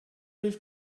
liv